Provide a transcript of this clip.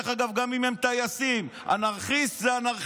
דרך אגב, גם אם הם טייסים, אנרכיסט זה אנרכיסט,